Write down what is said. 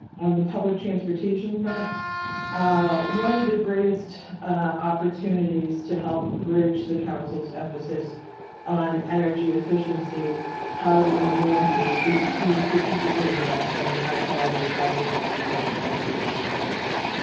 on the public transportation front one of the greatest opportunities to help bridge the council's emphasis on energy efficiency housing and land use is to strategically invest in high quality and high frequency, public transportation services